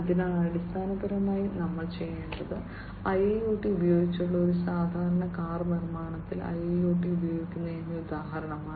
അതിനാൽ അടിസ്ഥാനപരമായി ഞങ്ങൾ ചെയ്യുന്നത് IIoT ഉപയോഗിച്ചുള്ള ഒരു സാധാരണ കാർ നിർമ്മാണത്തിൽ IIoT ഉപയോഗിക്കുന്നതിന്റെ ഉദാഹരണമാണ്